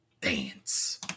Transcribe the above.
Dance